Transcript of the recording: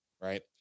right